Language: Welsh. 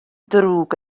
drwg